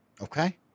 Okay